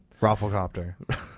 Rafflecopter